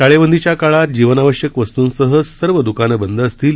टाळेबंदीच्या काळात जीवनावश्यक वस्तूंसह सर्व द्कानं बंद असतील